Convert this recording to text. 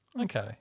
Okay